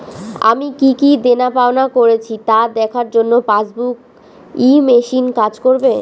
আমি কি কি দেনাপাওনা করেছি তা দেখার জন্য পাসবুক ই মেশিন কাজ করবে?